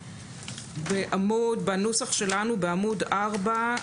בנוסח שלנו בעמוד 4,